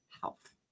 health